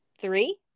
Three